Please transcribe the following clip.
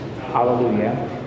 Hallelujah